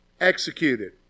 executed